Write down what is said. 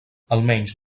almenys